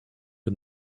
her